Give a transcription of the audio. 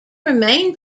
remain